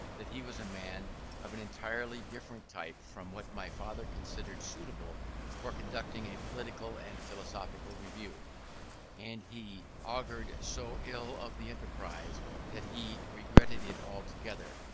that he was a man of an entirely different type from what my father considered suitable for conducting a political and philosophical review and he augured so ill of the enterprise that he regretted it altogether,